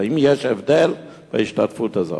והאם יש הבדל בהשתתפות הזאת?